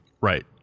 Right